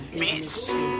bitch